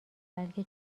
بلکه